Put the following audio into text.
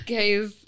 Guys